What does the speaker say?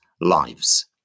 lives